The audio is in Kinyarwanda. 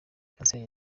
kanseri